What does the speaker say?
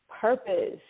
purpose